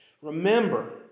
Remember